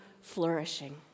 flourishing